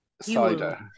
cider